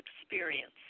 experience